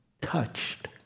touched